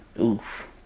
Oof